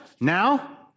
Now